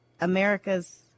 America's